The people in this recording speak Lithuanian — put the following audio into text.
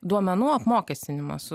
duomenų apmokestinimas